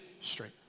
straight